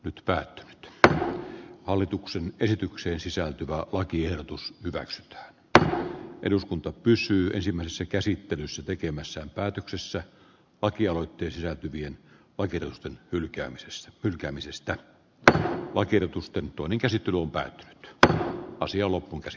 nytpä hallituksen esitykseen sisältyvä lakiehdotus hyväksi että eduskunta pysyy ensimmäisessä käsittelyssä tekemässä päätöksessä aki aloitti sisältyvien poikkeusten hylkäämisestä hylkäämisestä tää on kidutusten poni käsite luupää että asia lopulta se